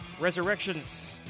resurrections